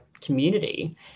community